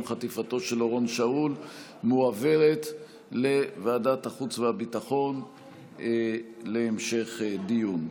חטיפתו של אורון שאול מועברת לוועדת החוץ והביטחון להמשך דיון.